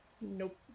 Nope